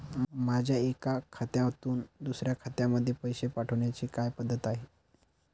माझ्या एका खात्यातून दुसऱ्या खात्यामध्ये पैसे पाठवण्याची काय पद्धत आहे?